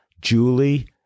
Julie